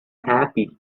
happy